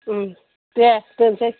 उम दे दोनसै